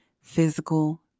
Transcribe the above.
physical